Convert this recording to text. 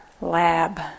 lab